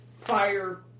fire